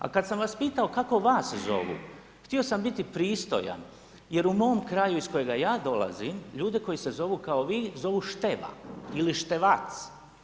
A kad sam vas pitao kako vas zovu htio sam biti pristojan, jer u mom kraju iz kojega ja dolazim ljude koji se zovu kao vi zovu Števa ili Števac.